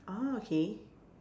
orh okay